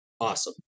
awesome